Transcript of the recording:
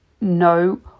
no